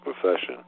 profession